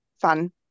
fun